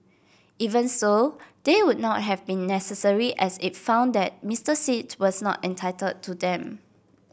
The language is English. even so they would not have been necessary as it found that Mister Sit was not entitled to them